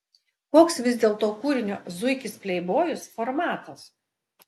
koks vis dėlto kūrinio zuikis pleibojus formatas